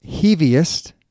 heaviest